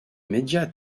médias